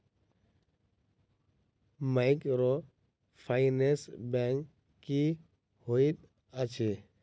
Microfinance bank की होइत अछि?